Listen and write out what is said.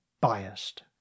biased